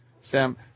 Sam